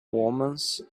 omens